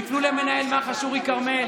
תפנו למנהל מח"ש אורי כרמל,